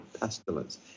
pestilence